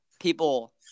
people